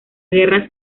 guerra